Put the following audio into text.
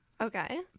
Okay